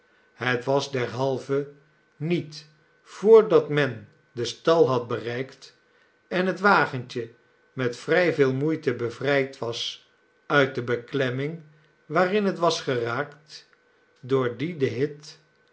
het was derhalve niet voor dat men den stal had bereikt en het wagentje met vrij veel moeite bevrijd was uit de beklemming waarin het was geraakt d'oordien de hit